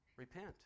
Repent